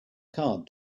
card